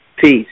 Peace